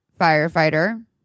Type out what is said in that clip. firefighter